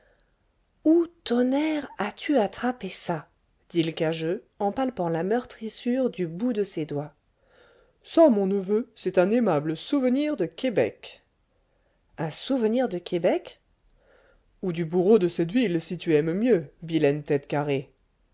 tonnerre as-tu attrapé ça dit l'cageux en palpant la meurtrissure du bout de ses doigts ça mon neveu c'est un aimable souvenir de québec un souvenir de québec ou du bourreau de cette ville si tu aimes mieux vilaine tête carrée